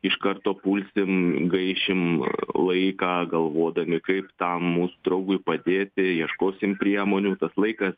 iš karto pulsim gaišim laiką galvodami kaip tam mūsų draugui padėti ieškosim priemonių tas laikas